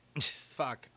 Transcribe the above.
Fuck